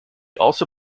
also